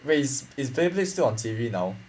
wait is is beyblade still on T_V now